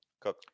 Cook